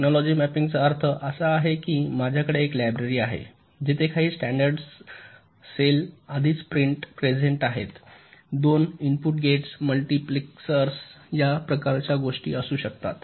technology मॅपिंगचा अर्थ असा की माझ्याकडे एक लायब्ररी आहे जिथे काही स्टॅंडर्ड सेल्स आधीच प्रेसेंट आहेत दोन इनपुट गेट्स मल्टिप्लेक्सर्स या प्रकारच्या गोष्टी असू शकतात